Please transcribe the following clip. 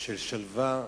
של שלווה,